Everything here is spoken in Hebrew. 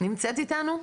נמצאת איתנו?